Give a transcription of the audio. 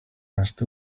asked